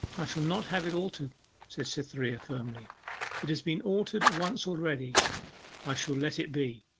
i shall not have it altered said cytherea firmly it has been altered once already i shall let it be